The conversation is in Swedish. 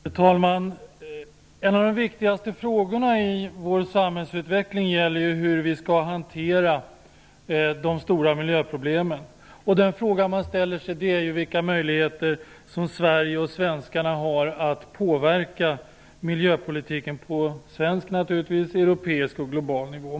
Fru talman! En av de viktigaste frågorna i vår samhällsutveckling gäller hur vi skall hantera de stora miljöproblemen. Den fråga man ställer sig är vilka möjligheter som Sverige och svenskarna har att påverka miljöpolitiken på svensk, europeisk och global nivå.